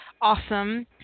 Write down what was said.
Awesome